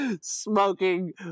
Smoking